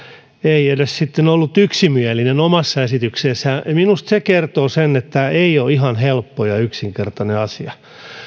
ei edes sitten ollut yksimielinen omassa esityksessään minusta se kertoo sen että tämä ei ole ihan helppo ja yksinkertainen asia